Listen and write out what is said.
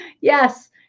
Yes